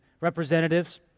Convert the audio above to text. representatives